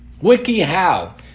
WikiHow